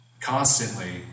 constantly